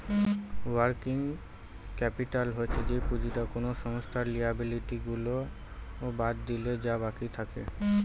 working capital হচ্ছে যে পুঁজিটা কোনো সংস্থার লিয়াবিলিটি গুলা বাদ দিলে যা বাকি থাকে